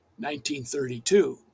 1932